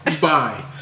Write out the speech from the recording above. Bye